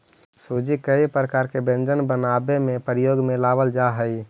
सूजी कई प्रकार के व्यंजन बनावे में प्रयोग में लावल जा हई